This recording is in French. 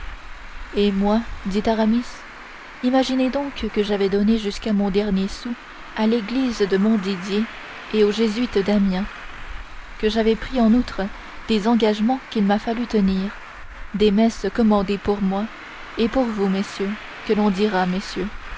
et moi dit aramis imaginez donc que j'avais donné jusqu'à mon dernier sou à l'église de montdidier et aux jésuites d'amiens que j'avais pris en outre des engagements qu'il m'a fallu tenir des messes commandées pour moi et pour vous messieurs que l'on dira messieurs